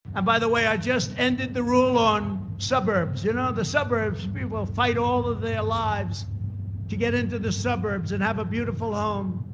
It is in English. ah by the way, i just ended the rule on suburbs. you know the suburbs, we will fight all of their lives to get into the suburbs, and have a beautiful home.